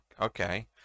okay